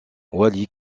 wally